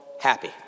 happy